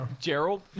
Gerald